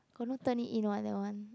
don't know turn it in one that one